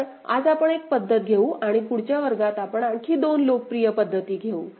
तर आज आपण एक पद्धत घेऊ आणि पुढच्या वर्गात आपण आणखी दोन लोकप्रिय पद्धती घेऊ